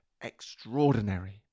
extraordinary